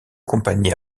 compagnie